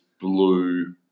blue